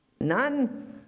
None